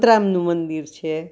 સંતરામનું મંદિર છે